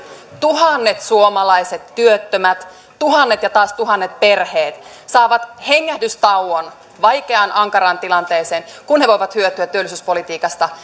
tuhannet suomalaiset työttömät tuhannet ja taas tuhannet perheet saavat hengähdystauon vaikeaan ankaraan tilanteeseen kun he voivat hyötyä työllisyyspolitiikasta